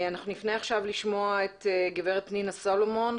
אנחנו נפנה לשמוע את גברת פנינה סלומון,